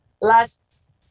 last